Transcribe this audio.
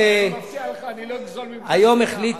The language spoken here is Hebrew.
אני מבטיח לך, אני לא אגזול ממך דקה אחת.